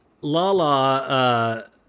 Lala